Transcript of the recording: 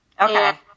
Okay